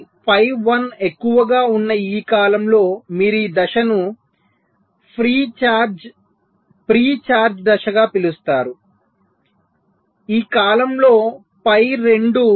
ఇది ఫై 1 ఎక్కువగా ఉన్న ఈ కాలంలో మీరు ఈ దశను ప్రీఛార్జ్ దశగా పిలుస్తారు ఈ కాలంలో ఫై 2 0